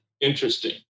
interesting